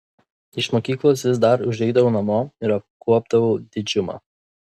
iš mokyklos vis dar užeidavau namo ir apkuopdavau didžiumą